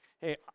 Hey